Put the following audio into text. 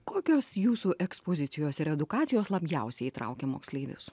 kokios jūsų ekspozicijos ir edukacijos labiausiai traukia moksleivius